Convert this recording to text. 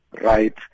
right